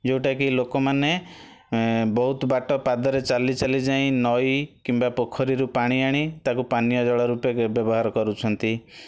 ଯେଉଁଟା କି ଲୋକମାନେ ବହୁତ ବାଟ ପାଦରେ ଚାଲି ଚାଲି ଯାଇଁ ନଈ କିମ୍ବା ପୋଖୋରୀରୁ ପାଣି ଆଣି ତାକୁ ପାନୀୟ ଜଳ ରୂପେ ବ୍ୟବହାର କରୁଛନ୍ତି